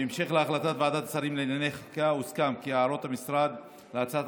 בהמשך להחלטת ועדת השרים לענייני חקיקה הוסכם כי הערות המשרד להצעת